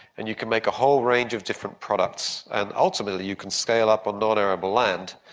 and you can make a whole range of different products, and ultimately you can scale up on non-arable land.